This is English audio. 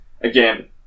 again